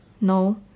No